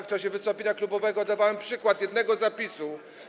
W czasie wystąpienia klubowego dawałem przykład jednego zapisu.